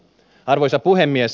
arvoisa puhemies